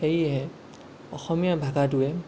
সেয়েহে অসমীয়া ভাষাটোৱে